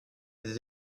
des